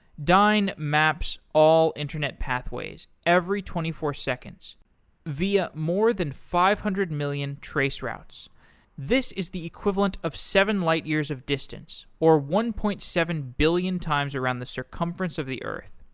dyn maps all internet pathways every twenty four seconds via more than five hundred million traceroutes. this is the equivalent of seven light years of distance, or one point seven billion times around the circumference of the earth.